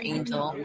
Angel